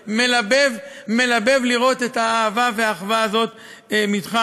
זה מלבב, מלבב לראות את האהבה והאחווה הזאת ממך.